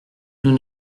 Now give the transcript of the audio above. nous